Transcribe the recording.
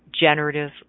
generative